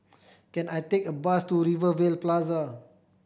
can I take a bus to Rivervale Plaza